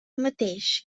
mateix